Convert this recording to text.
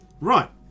right